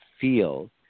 feel